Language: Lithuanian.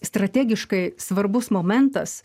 strategiškai svarbus momentas